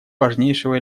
важнейшего